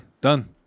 Done